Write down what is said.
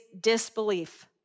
disbelief